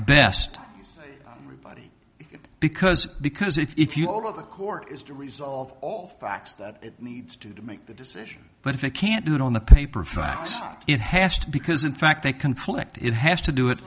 best body it because because if you all of the court is to resolve all facts that it needs to to make the decision but if it can't do it on the paper fax it hast because in fact they conflict it has to do it